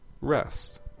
rest